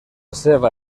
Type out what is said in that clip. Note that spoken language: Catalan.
seva